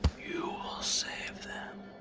you have them